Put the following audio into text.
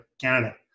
Canada